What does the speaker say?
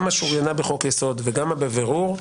גם ה-שוריינה בחוק יסוד וגם ה-בבירור,